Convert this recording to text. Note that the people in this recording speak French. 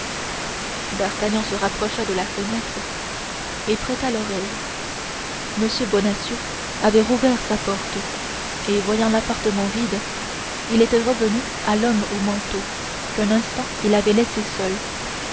d'artagnan se rapprocha de la fenêtre et prêta l'oreille m bonacieux avait rouvert sa porte et voyant l'appartement vide il était revenu à l'homme au manteau qu'un instant il avait laissé seul